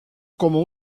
como